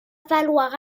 falloir